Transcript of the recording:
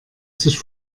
sich